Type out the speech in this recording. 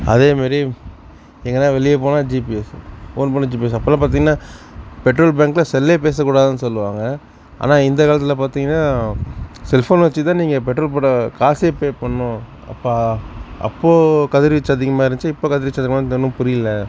அதே மாரி எங்கேனா வெளியே போனால் ஜிபிஎஸ்ஸு ஃபோன் பண்ணால் ஜிபிஎஸ்ஸு அப்போலாம் பார்த்திங்கனா பெட்ரோல் பங்க்கில் செல்லே பேச கூடாதுன்னு சொல்வாங்க ஆனால் இந்த காலத்தில் பார்த்திங்கனா செல்ஃபோன் வச்சு தான் நீங்கள் பெட்ரோல் போட காசே பே பண்ணணும் அப்பா அப்போது கதிர் வீச்சு அதிகமாக இருந்துச்சு இப்போ கதிர் வீச்சு அதிகமாக வந்து ஒன்றும் புரியலை